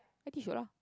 I think you should ah